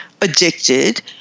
addicted